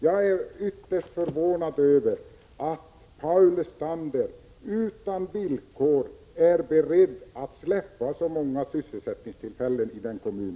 Jag är ytterst förvånad över att Paul Lestander utan villkor är beredd att släppa så många sysselsättningstillfällen.